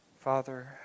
Father